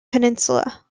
peninsula